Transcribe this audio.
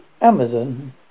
Amazon